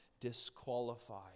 disqualified